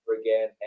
again